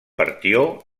partió